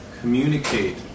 communicate